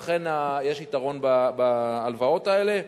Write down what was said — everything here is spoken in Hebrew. לכן יש יתרון בהלוואות האלה,